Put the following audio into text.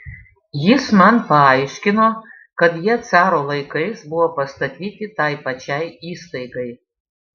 jis man paaiškino kad jie caro laikais buvo pastatyti tai pačiai įstaigai